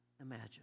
imagine